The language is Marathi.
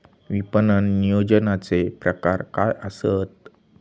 विपणन नियोजनाचे प्रकार काय आसत?